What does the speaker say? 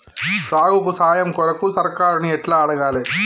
సాగుకు సాయం కొరకు సర్కారుని ఎట్ల అడగాలే?